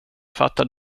fattar